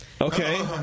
Okay